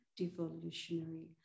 devolutionary